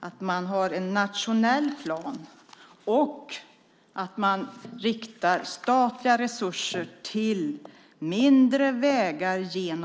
att man har en nationell plan. Via länsplanerna riktar man statliga resurser till mindre vägar.